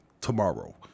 tomorrow